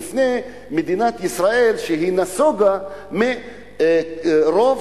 בפני מדינת ישראל שנסוגה מרוב